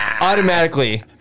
automatically